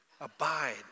Abide